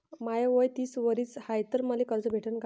माय वय तीस वरीस हाय तर मले कर्ज भेटन का?